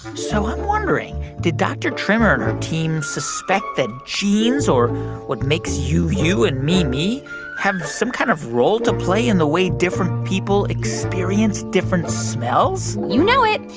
so i'm wondering, did dr. trimmer and her team suspect that genes or what makes you you and me me have some kind of role to play in the way different people experience different smells? you know it.